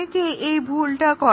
অনেকেই এই ভুলটা করে